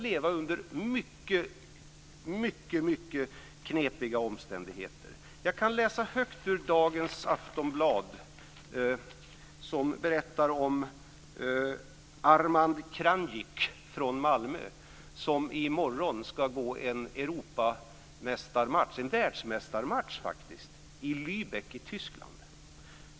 De tvingas leva under mycket knepiga omständigheter. I dagens Aftonbladet berättas om Armand Krajnc från Malmö som i morgon faktiskt ska gå en världsmästarmatch i Lübeck i Tyskland.